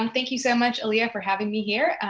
um thank you so much yeah for having me here.